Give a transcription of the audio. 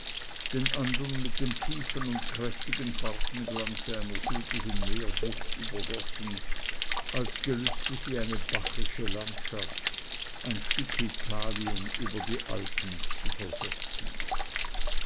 den andern mit dem tiefen und kräftigen farbenglanze einer südlichen meerbucht übergossen als gelüste sie eine bacchische landschaft ein stück italien über die alpen zu versetzen